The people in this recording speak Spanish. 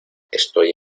estoy